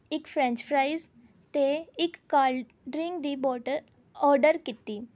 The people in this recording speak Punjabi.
ਇੱਕ ਫਰੈਂਚ ਫਰਾਈਸ ਅਤੇ ਇੱਕ ਕੋਲਡ ਡਰਿੰਕ ਦੀ ਬੋਟਲ ਓਡਰ ਕੀਤੀ